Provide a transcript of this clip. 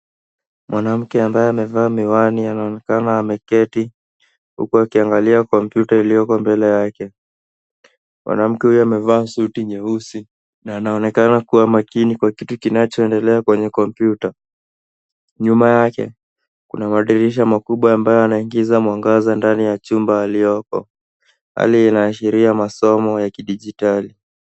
Mwananmke ambaye amevaa miwani anaonekana ameketi huku akiangalia kompyuta iliyoko mbele yake. MWanamke huyu amevaa suti nyeusi na anaonekana kuwa makini kwa kitu kinachoendelea kwenye kompyuta. Nyuma yake kuna madirisha makubwa yanayoingiza mwangaza ndani ya chumba aliyoko. Hali inaashiria masomo ya kidijitali.